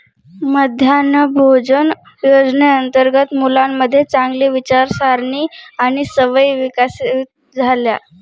मध्यान्ह भोजन योजनेअंतर्गत मुलांमध्ये चांगली विचारसारणी आणि सवयी विकसित झाल्या